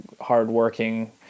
hardworking